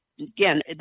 again